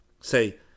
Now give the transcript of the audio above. Say